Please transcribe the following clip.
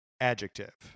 adjective